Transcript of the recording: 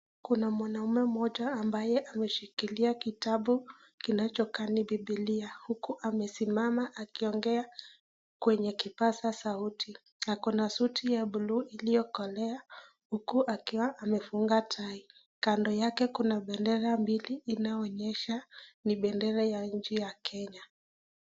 Kuna mwanaume mmoja ambaye ameshikilia kitabu kinachokaa ni bibilia. Na huku amesimama akiongea kwenye kipaza sauti ako na suti ya buluu iliyokolea huku akiwa amefunga tai kando yake kuna bendera mbili inayoonyesha ni bendera ya nchi ya kenya.